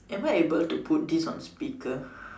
am I able to put this on speaker